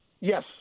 Yes